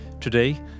Today